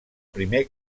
primer